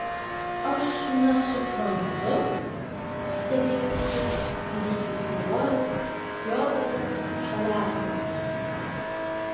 aš nesuprantu stebėjosi didysis naivuolis fiodoras šaliapinas